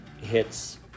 hits